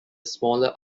smaller